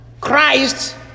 Christ